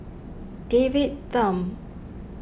David Tham